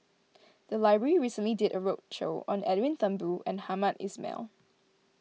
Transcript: the library recently did a roadshow on Edwin Thumboo and Hamed Ismail